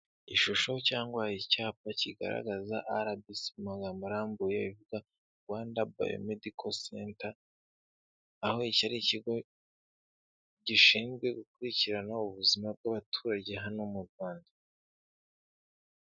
Ishusho cyangwa icyapa kigaragaza RBC mu magambo arambuye ivuga, Rwanda Biomedical Centre, aho iki ari ikigo gishinzwe gukurikirana ubuzima bw'abaturage hano mu Rwanda.